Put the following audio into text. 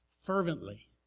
fervently